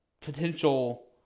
potential